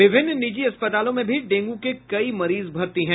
विभिन्न निजी अस्पतालों में भी डेंग् के कई मरीज भर्ती हैं